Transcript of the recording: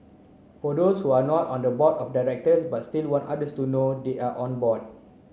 for those who are not on the board of but still want others to know they are on born